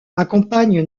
accompagne